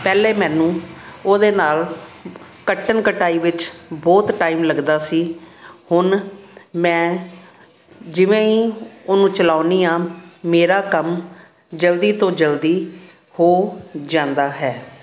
ਪਹਿਲਾਂ ਮੈਨੂੰ ਉਹਦੇ ਨਾਲ ਕੱਟਣ ਕਟਾਈ ਵਿੱਚ ਬਹੁਤ ਟਾਈਮ ਲੱਗਦਾ ਸੀ ਹੁਣ ਮੈਂ ਜਿਵੇਂ ਹੀ ਉਹਨੂੰ ਚਲਾਉਂਦੀ ਹਾਂ ਮੇਰਾ ਕੰਮ ਜਲਦੀ ਤੋਂ ਜਲਦੀ ਹੋ ਜਾਂਦਾ ਹੈ